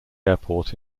airport